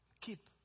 Keep